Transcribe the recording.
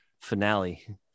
finale